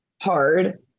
hard